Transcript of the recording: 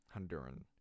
Honduran